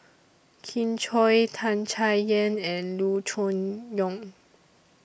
Kin Chui Tan Chay Yan and Loo Choon Yong